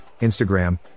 Instagram